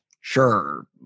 sure